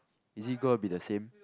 is it gonna be the same